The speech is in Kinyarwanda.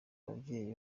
ababyeyi